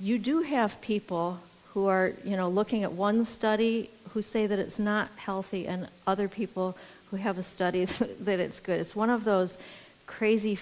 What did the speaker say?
you do have people who are you know looking at one study who say that it's not healthy and other people who have the studies that it's good it's one of those crazy